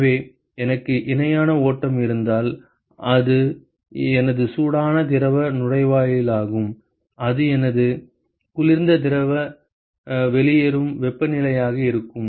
எனவே எனக்கு இணையான ஓட்டம் இருந்தால் அது எனது சூடான திரவ நுழைவாயிலாகும் அது எனது குளிர்ந்த திரவ வெளியேறும் வெப்பநிலையாக இருக்கும்